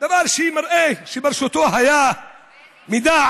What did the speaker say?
דבר שמראה שברשותו היה מידע